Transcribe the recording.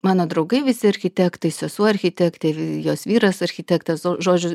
mano draugai visi architektai sesuo architektė jos vyras architektas nu žodžiu